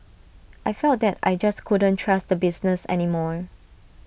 I felt that I just couldn't trust the business any more